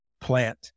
plant